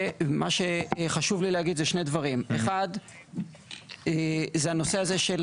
ומה שחשוב לי להגיד זה שני דברים: אחד זה הנושא הזה של